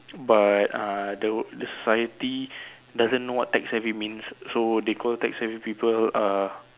but ah the the society doesn't know what tech savvy means so they call tech savvy people uh